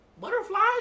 butterflies